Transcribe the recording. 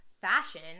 fashion